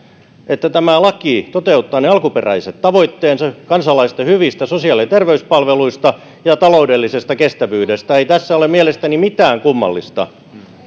että tämä laki toteuttaa ne alkuperäiset tavoitteensa kansalaisten hyvistä sosiaali ja terveyspalveluista ja taloudellisesta kestävyydestä ei tässä ole mielestäni mitään kummallista